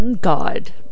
god